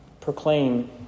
proclaim